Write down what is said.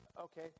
Okay